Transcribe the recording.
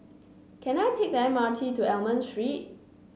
can I take the M R T to Almond Street